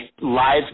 live